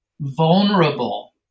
vulnerable